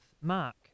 Mark